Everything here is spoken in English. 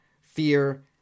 fear